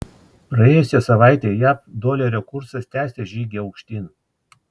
praėjusią savaitę jav dolerio kursas tęsė žygį aukštyn